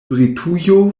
britujo